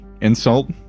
insult